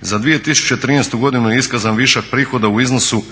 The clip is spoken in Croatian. za 2013.godinu je iskazan višak prihoda u iznosu